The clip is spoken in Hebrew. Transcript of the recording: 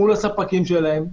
מול הספקים שלהם,